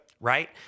Right